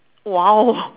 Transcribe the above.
!wow!